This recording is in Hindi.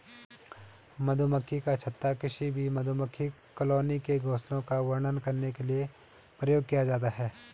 मधुमक्खी का छत्ता किसी भी मधुमक्खी कॉलोनी के घोंसले का वर्णन करने के लिए प्रयोग किया जाता है